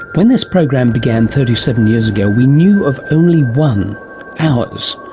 when this program began thirty seven years ago we knew of only one ours.